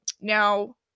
Now